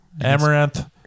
Amaranth